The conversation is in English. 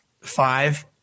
five